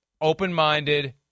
open-minded